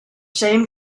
same